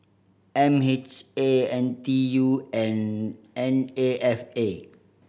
M H A N T U and N A F A